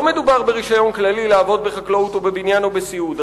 לא מדובר ברשיון כללי לעבוד בחקלאות או בבניין או בסיעוד.